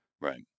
Right